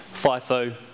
FIFO